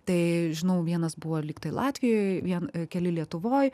tai žinau vienas buvo lyg tai latvijoj vien keli lietuvoj